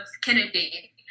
Kennedy